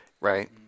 Right